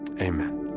Amen